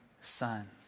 son